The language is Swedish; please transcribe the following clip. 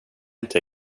inte